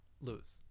lose